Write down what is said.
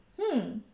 hmm